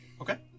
Okay